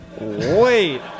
Wait